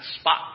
spot